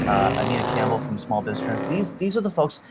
ah anita campbell from small business trends. these these are the folks,